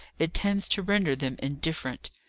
it tends to render them indifferent.